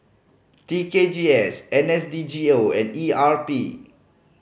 T K G S N S D G O and E R P